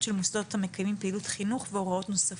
של מוסדות המקיימים פעילות חינוך והוראות נוספות).